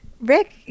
rick